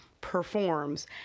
performs